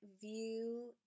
view